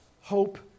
hope